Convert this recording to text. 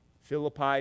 Philippi